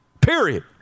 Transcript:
period